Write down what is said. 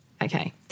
Okay